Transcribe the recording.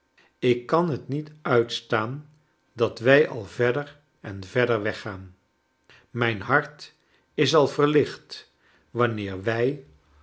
ik kan het niet uitstaan dat wij al verder en verder weggaan mijn hart is al verlicht wanneer wij